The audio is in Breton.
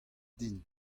din